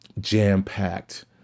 jam-packed